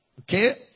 Okay